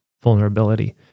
vulnerability